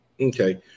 Okay